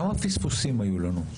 כמה פספוסים היו לנו?